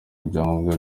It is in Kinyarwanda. ibyangombwa